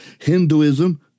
Hinduism